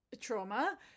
trauma